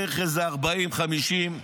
בערך איזה 40 50,